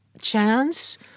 chance